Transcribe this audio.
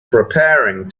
preparing